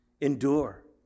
Endure